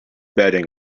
betting